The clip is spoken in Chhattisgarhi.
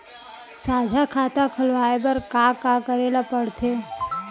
साझा खाता खोलवाये बर का का करे ल पढ़थे?